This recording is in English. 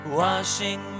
washing